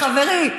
חברי,